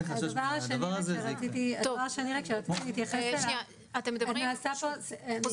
ההתחשבנות בין בתי החולים לקופות היא מאוד מסובכת,